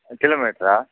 kilometer